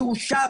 יאושר,